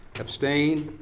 abstain?